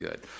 Good